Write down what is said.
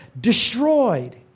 destroyed